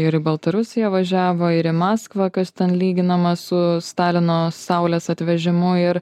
ir į baltarusiją važiavo ir į maskvą kas ten lyginama su stalino saulės atvežimu ir